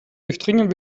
durchdringen